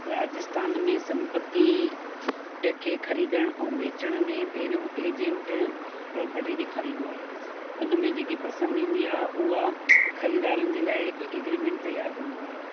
राजस्थान में संपत्ती ए खे ख़रीदणु ऐं बेचण में पहिरियों एजेंट प्रोपटी ॾेखारींदो आहे उन में जेकी पसंदि ईंदी आहे उहा ख़रीदारनि जे लाइ हिकु एग्रीमेंट तियारु कंदो आहे